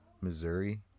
Missouri